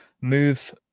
Move